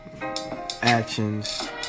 actions